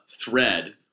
Thread